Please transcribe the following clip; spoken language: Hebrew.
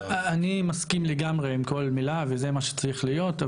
אני מסכים לגמרי עם כל מילה וזה מה שצריך להיות,